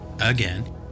again